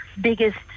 biggest